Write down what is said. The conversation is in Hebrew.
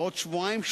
בעוד שבועיים,